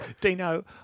Dino